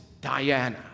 Diana